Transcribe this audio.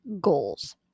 goals